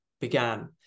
began